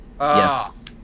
Yes